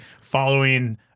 following